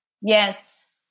Yes